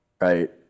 right